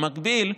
במקביל,